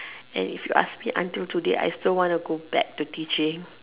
and if you ask me until today I still want to go back to teaching